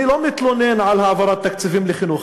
אני לא מתלונן על העברת תקציבים לחינוך.